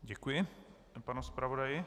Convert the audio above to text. Děkuji panu zpravodaji.